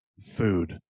Food